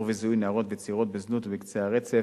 וזיהוי נערות וצעירות בזנות בקצה הרצף.